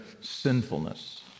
sinfulness